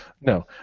no